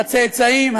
הצאצאים,